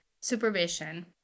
supervision